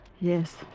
Yes